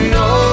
no